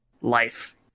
life